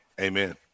Amen